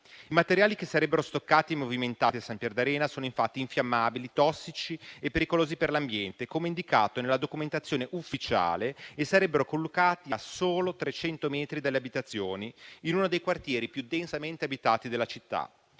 I materiali che sarebbero stoccati e movimentati a Sampierdarena sono infatti infiammabili, tossici e pericolosi per l'ambiente, come indicato nella documentazione ufficiale e sarebbero collocati a soli 300 metri dalle abitazioni, in uno dei quartieri più densamente abitati della città.